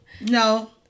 No